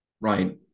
Right